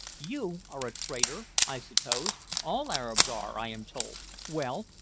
you are a trader, i suppose all arabs are, i am told. well,